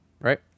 Right